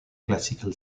classical